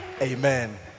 amen